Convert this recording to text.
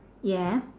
ya